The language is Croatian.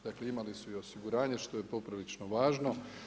Dakle imali su i osiguranje, što je poprilično važno.